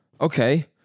Okay